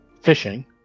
fishing